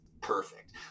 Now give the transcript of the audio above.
perfect